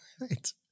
Right